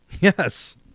yes